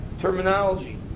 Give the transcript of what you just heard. terminology